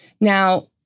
Now